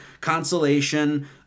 consolation